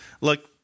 Look